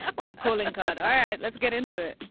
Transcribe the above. what a calling card. all right. let's get into it